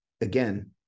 again